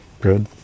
good